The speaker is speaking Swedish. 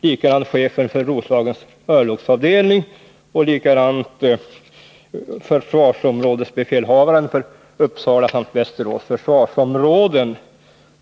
Likadant var det med chefen för Roslagens örlogsavdelning och försvarsområdesbefälhavaren för Uppsala och Västerås försvarsområden.